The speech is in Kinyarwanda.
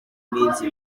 iminsi